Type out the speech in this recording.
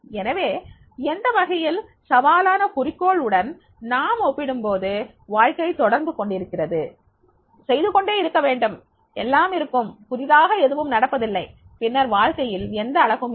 எனவே எந்த வகையில் சவாலான குறிக்கோள் உடன் நாம் ஒப்பிடும்போது வாழ்க்கை தொடர்ந்து கொண்டிருக்கிறது செய்து கொண்டே இருக்க வேண்டும் எல்லாம் இருக்கும் புதிதாக எதுவும் நடப்பதில்லை பின்னர் வாழ்க்கையில் எந்த அழகும் இல்லை